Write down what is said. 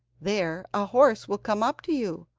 there a horse will come up to you,